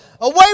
Away